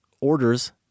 orders